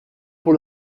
pour